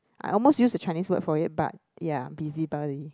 I almost used a Chinese word for it but ya busybody